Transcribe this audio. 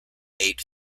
eight